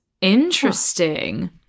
Interesting